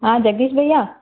हा जगदीश भैया